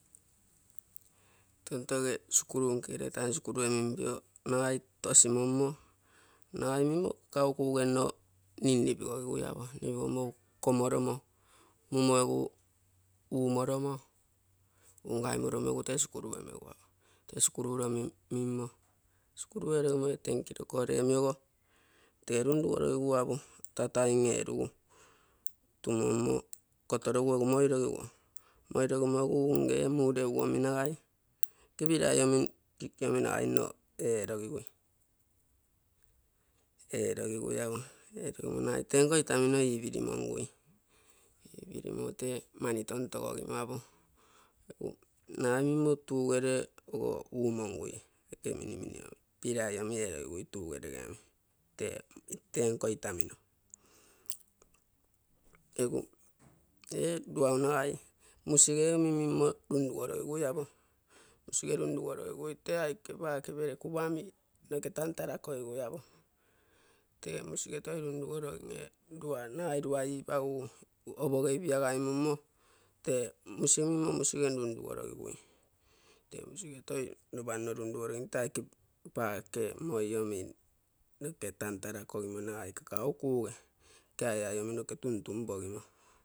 Tontoge sikuru nkegere taim nagai tontoge kaakiu o kuge nno ninnipigogigui, komoromo munio egu umoromo egu tee sikurue memmegui, sikuru erogimo tee lo eragu tumommo egu komommo rioirogiguo. Moirogimo ee mumureugu egu nagai ee aike pilai omi kick omi eno eerogigui. erogigui nagai tenko itamino iipirimongui, ipirimommo tee mani toutoge giguimpo. Nagai mimmo tugere ogo uumongui, aike minimini omi pilai omi eerogigui tenko itamino. Egu ee ruau nagai muusigemim mimmo tuntugorogigui apo, tee aike perekupa omi nokek tantarakogigui apo, tee musige toi runrugorogim ee nagai rua ipagugu opoge ipiagaimummo tee musige. Mimmo musige toi ropa nno tuntugorogim tee aike moi omi noke tantarakogimo, nagai kaakau o kuge tee aike aiai omi noke tun-tunpogimo.